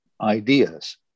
ideas